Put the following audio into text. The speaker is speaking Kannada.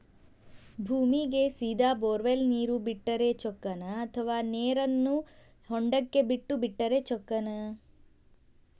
ಭೂಮಿಗೆ ಸೇದಾ ಬೊರ್ವೆಲ್ ನೇರು ಬಿಟ್ಟರೆ ಚೊಕ್ಕನ ಅಥವಾ ನೇರನ್ನು ಹೊಂಡಕ್ಕೆ ಬಿಟ್ಟು ಬಿಟ್ಟರೆ ಚೊಕ್ಕನ?